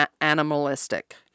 animalistic